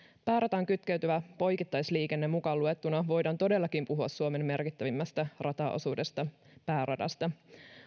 päärataan kytkeytyvä poikittaisliikenne mukaan luettuna voidaan todellakin puhua suomen merkittävimmästä rataosuudesta pääradasta